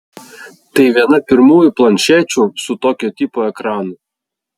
tai viena pirmųjų planšečių su tokio tipo ekranu